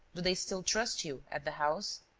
do they still trust you at the house?